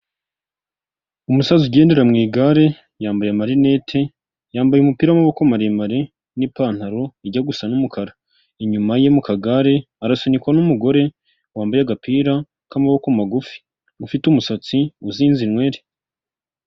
Umusaza ugendera mu igare yambaye amarinete, yambaye umupira w'amaboko maremare n'ipantaro ijya gusa n'umukara. Inyuma ye mu kagare arasunikwa n'umugore wambaye agapira k'amaboko magufi, ufite umusatsi uzinze inwere.